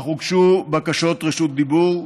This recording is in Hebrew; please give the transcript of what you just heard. אך הוגשו בקשות רשות דיבור.